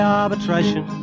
arbitration